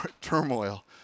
turmoil